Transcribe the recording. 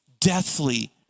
deathly